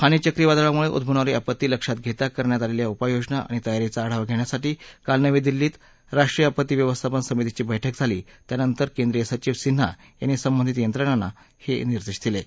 फानी चक्रीवादळामुळे उद्दवणारी आपत्ती लक्षात घेता करण्यात आलेल्या उपाययोजना आणि तयारीचा आढावा घेण्यासाठी काल नवी दिल्लीत राष्ट्रीय आपत्ती व्यवस्थापन समितीची बैठक झाली त्यानंतर केंद्रीय सचीव सिन्हा यांनी संबंधित यंत्रणांना सतर्क राहण्याचे निर्देश दिले आहेत